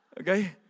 Okay